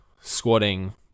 squatting